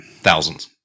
thousands